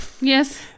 Yes